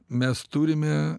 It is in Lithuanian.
mes turime